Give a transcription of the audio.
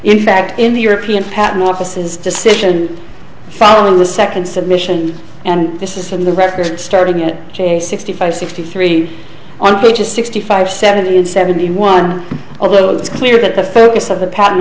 in fact in the european patent offices decision following the second submission and this is in the record starting at j sixty five sixty three on pages sixty five seventy and seventy one although it's clear that the focus of the patent